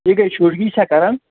یہِ گٔے شُرۍ گی یہِ چھا کران